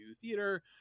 theater